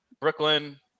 Brooklyn